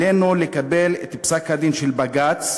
עלינו לקבל את פסק-הדין של בג"ץ